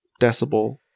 decibel